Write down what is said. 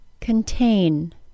contain